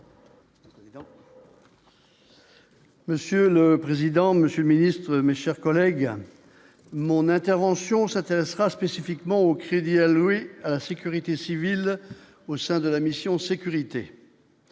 Monsieur le président, monsieur ministre, mes chers collègues, mon intervention s'intéressera spécifiquement aux crédits alloués à la sécurité civile au sein de la mission sécurité.